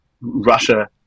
Russia